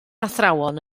athrawon